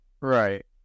Right